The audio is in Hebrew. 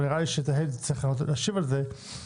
אבל נראה לי שתהל תצטרך להשיב על זה.